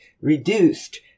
reduced